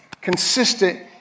consistent